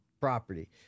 property